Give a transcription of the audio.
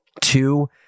Two